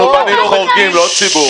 אנחנו בנים חורגים, לא ציבור.